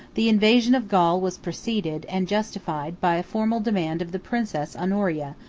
the invasion of gaul was preceded, and justified, by a formal demand of the princess honoria,